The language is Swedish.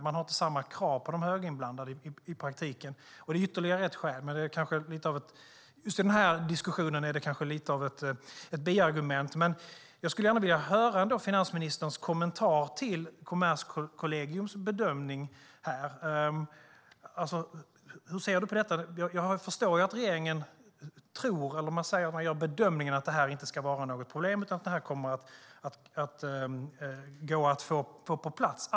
Man har inte samma krav på de höginblandade i praktiken. Det är ytterligare ett skäl, men i just den här diskussionen är det kanske lite av ett sidoargument. Jag skulle gärna vilja höra finansministerns kommentar till Kommerskollegiums bedömning. Hur ser finansministern på detta? Regeringen gör bedömningen att det inte ska vara något problem utan att det kommer att gå att få på plats.